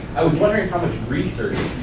i was wondering how much research